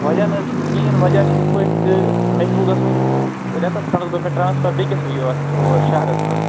وجہ نہَ حظ چھُنہٕ کِہیٖنۍ وجہ چھُ یِتھٕ پٲٹھۍ تہٕ مےٚ چھُ وۅنۍ گَژھُن رٮ۪تس کھنٛڈس دوٚپ مےٚ ٹرانٛسفر بیٚیِس یہِ یَتھ یور شہرس منٛز